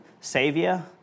Savior